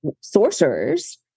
sorcerers